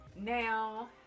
now